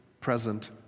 present